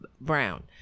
Brown